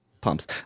pumps